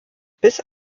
bis